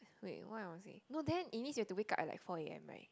wait why I'm asking no then it means you've to wake up at like four A_M right